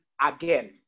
again